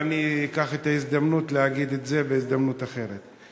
ואני אקח את ההזדמנות להגיד את זה בהזדמנות אחרת,